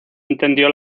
entendió